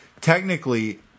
technically